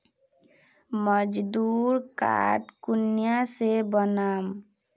मजदूर कार्ड कुनियाँ से बनाम?